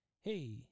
hey